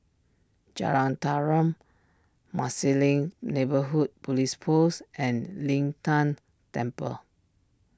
Jalan Tarum Marsiling Neighbourhood Police Post and Lin Tan Temple